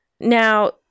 Now